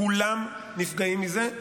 כולם נפגעים מזה.